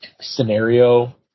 scenario